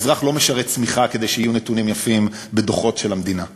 האזרח לא משרת צמיחה כדי שיהיו נתונים יפים בדוחות של המדינה,